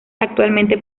actualmente